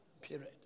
Period